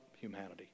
humanity